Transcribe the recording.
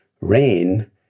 rain